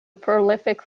prolific